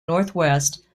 northwest